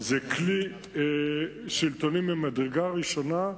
זה כלי שלטוני ממדרגה ראשונה,